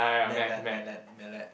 met let met let met let